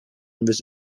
was